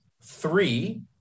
three